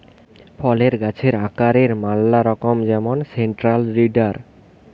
ফলের গাছের আকারের ম্যালা রকম যেমন সেন্ট্রাল লিডার